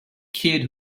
kid